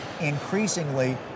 increasingly